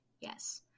yes